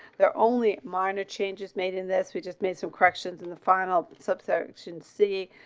they're only minor changes made in this. we just made some corrections in the final subsection c.